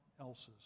else's